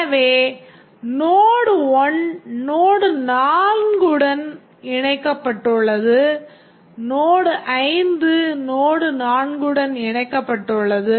எனவே Node1 Node 4 உடன் இணைக்கப்பட்டுள்ளது Node 5 Node 4 உடன் இணைக்கப்பட்டுள்ளது